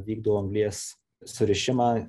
vykdo anglies surišimą